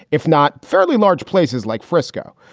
if not fairly large places like frisco,